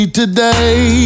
today